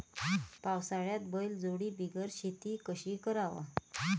पावसाळ्यात बैलजोडी बिगर शेती कशी कराव?